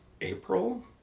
April